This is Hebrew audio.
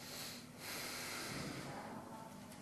שלוש דקות.